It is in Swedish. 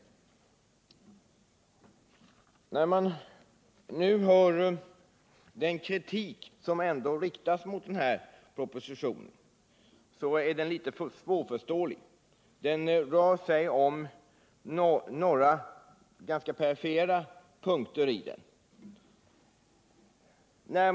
Den kritik som nu riktas mot den här propositionen är därför något svårförståelig, och den rör sig om några ganska perifera punkter i propositionen.